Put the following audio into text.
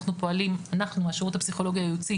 אנחנו פועלים השירות הפסיכולוגיה הייעוצי,